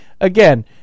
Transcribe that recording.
Again